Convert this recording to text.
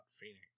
Phoenix